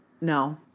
No